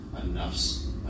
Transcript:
enough's